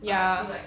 I feel like